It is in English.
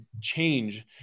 change